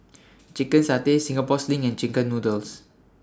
Chicken Satay Singapore Sling and Chicken Noodles